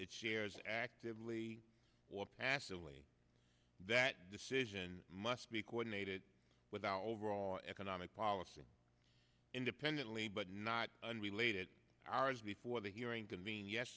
its shares actively or passively that decision must be quite unaided without overall economic policy independently but not unrelated hours before the hearing conven